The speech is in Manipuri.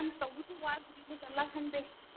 ꯗꯥꯟꯁ ꯇꯧꯕꯗꯨ ꯋꯥꯗ꯭ꯔꯤꯕꯖꯥꯠꯂ ꯈꯪꯗꯦ